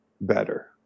better